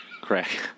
Crack